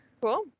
cool